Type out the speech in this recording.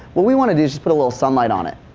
what we wanna do is just put a little sunlight on it.